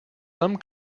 some